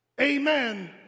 amen